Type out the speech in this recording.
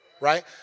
Right